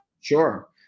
Sure